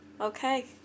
Okay